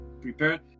prepared